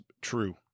true